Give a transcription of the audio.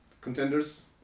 contenders